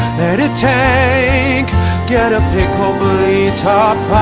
let it tank get a pick hopefully top